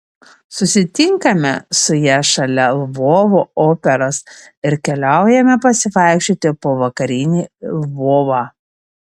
susitinkame su ja šalia lvovo operos ir keliaujame pasivaikščioti po vakarinį lvovą